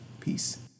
Peace